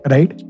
Right